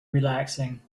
relaxing